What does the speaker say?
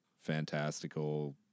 fantastical